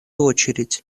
очередь